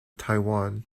taiwan